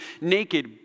naked